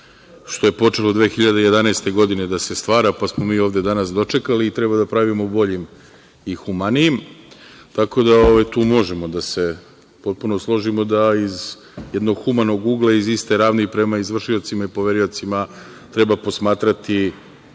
što je počelo 2011. godine da se stvara, pa smo mi ovde danas dočekali i treba da pravimo boljim i humanijim. Tako da tu možemo da se složimo da iz jednog humanog ugla, iz iste ravni prema izvršiocima i poveriocima treba posmatrati